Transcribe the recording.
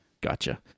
Gotcha